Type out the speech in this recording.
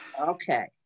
Okay